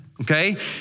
okay